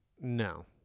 No